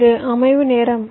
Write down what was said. இது அமைவு நேரம்